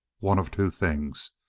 one of two things.